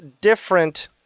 different –